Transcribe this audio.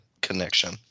connection